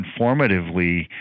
informatively